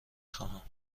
خواهم